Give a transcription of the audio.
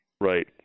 Right